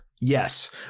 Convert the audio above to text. yes